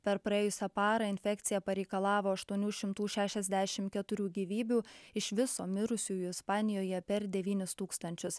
per praėjusią parą infekcija pareikalavo aštuonių šimtų šešiasdešimt keturių gyvybių iš viso mirusiųjų ispanijoje per devynis tūkstančius